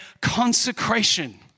consecration